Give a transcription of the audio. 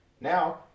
Now